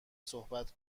صحبت